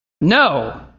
No